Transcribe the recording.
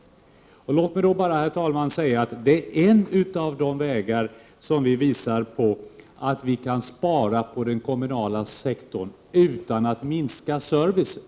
Låt mig, herr talman, säga att det är en av de vägar som vi påvisar när det gäller att spara inom den kommunala sektorn utan att minska servicen.